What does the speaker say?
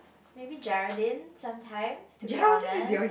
maybe Geraldine sometimes to be honest